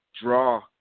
draw